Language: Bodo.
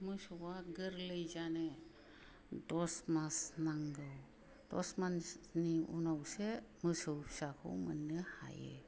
मोसौवा गोरलै जानो दस मास नांगौ दस मासनि उनावसो मोसौ फिसाखौ मोननो हायो